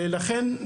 ולכן,